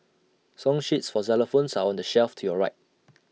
song sheets for xylophones are on the shelf to your right